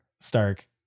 Stark